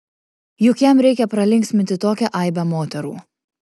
juk jam reikia pralinksminti tokią aibę moterų